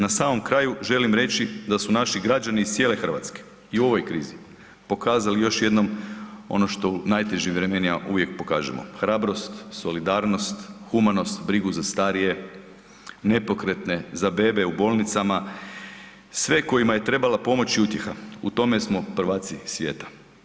Na samom kraju, želim reći da su naši građani iz cijele Hrvatske i u ovoj krizi pokazali još jednom ono što u najtežim vremenima uvijek pokažemo, hrabrost, solidarnost, humanost, brigu za starije, nepokretne, za bebe u bolnicama, sve kojima je trebala pomoć i utjeha, u tome smo prvaci svijeta.